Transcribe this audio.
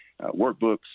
workbooks